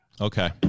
Okay